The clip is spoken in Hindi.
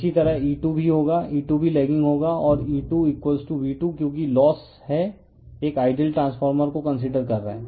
इसी तरह E2 भी होगा E2 भी लैगिंग होगा और E2V2 क्योंकि लोस है एक आइडियल ट्रांसफार्मर को कंसीडर कर रहे हैं